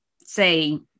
say